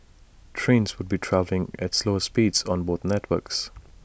the trains would be travelling at slower speeds on both networks